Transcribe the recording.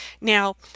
now